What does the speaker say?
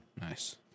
Nice